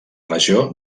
regió